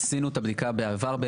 עשינו את הבדיקה בעבר.